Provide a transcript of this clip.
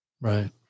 Right